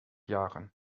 jahren